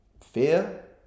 Fear